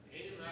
Amen